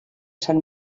sant